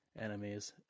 enemies